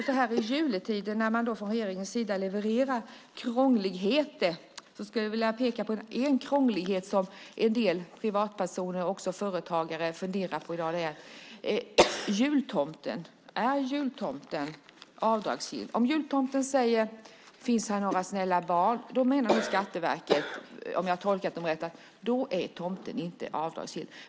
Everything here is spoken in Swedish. Så här i juletider levererar man regeringens sida krångligheter, och jag skulle vilja peka på en krånglighet som en del privatpersoner och också företagare funderar på i dag, nämligen om jultomten är avdragsgill. Om jultomten frågar om här finns några snälla barn menar Skatteverket, om jag tolkat det rätt, att då är tomten inte avdragsgill.